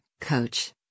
coach